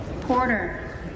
Porter